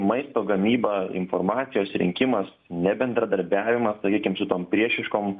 maisto gamyba informacijos rinkimas nebendradarbiavimas sakykim su tom priešiškom